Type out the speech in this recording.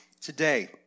Today